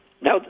now